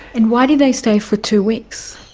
and why did they stay for two weeks?